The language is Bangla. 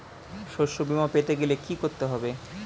শষ্যবীমা পেতে গেলে কি করতে হবে?